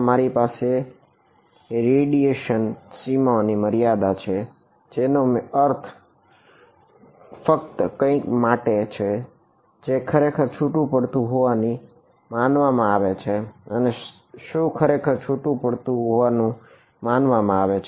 મારી પાસે રેડિએશન સીમાઓની મર્યાદા છે જેનો અર્થ ફક્ત કંઈક માટે છે કે જે ખરેખર છુટુ પડતું હોવાનું માનવામાં આવે છે અને શું ખરેખર છુટુ પડતું હોવાનું માનવામાં આવે છે